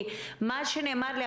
כי מה שנאמר לי,